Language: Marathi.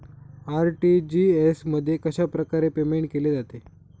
आर.टी.जी.एस मध्ये कशाप्रकारे पेमेंट केले जाते?